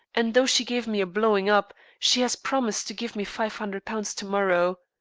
and though she gave me a blowing up, she has promised to give me five hundred pounds to-morrow.